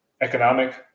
economic